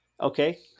Okay